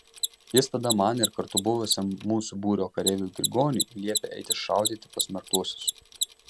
jis tada man ir kartu buvusiam mūsų būrio kareiviui grigoniui liepė eiti šaudyti pasmerktuosius